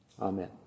Amen